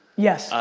yes,